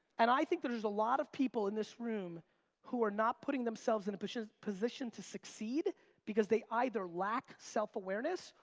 and i think there's a lot of people in this room who are not putting themselves in a position position to succeed because they either lack self-awareness,